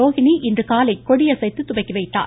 ரோகிணி இன்று காலை கொடியசைத்து துவக்கி வைத்தார்